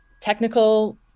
technical